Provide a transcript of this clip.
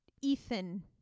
Ethan